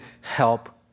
help